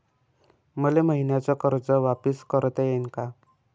मले मईन्याचं कर्ज वापिस करता येईन का?